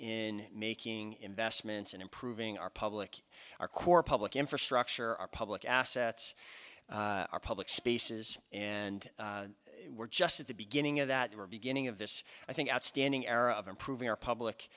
in making investments in improving our public our core public infrastructure our public assets our public spaces and we're just at the beginning of that we're beginning of this i think outstanding era of improving our public